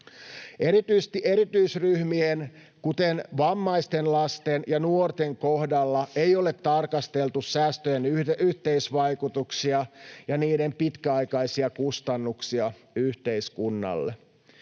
käsitelty. Erityisryhmien, kuten vammaisten lasten ja nuorten, kohdalla ei ole tarkasteltu säästöjen yhteisvaikutuksia ja niiden pitkäaikaisia kustannuksia yhteiskunnalle.